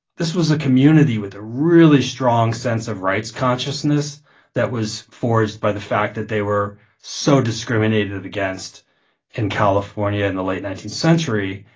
this was a community with a really strong sense of rights consciousness that was forged by the fact that they were so discriminated against in california in the late nineteenth century.